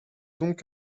donc